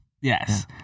Yes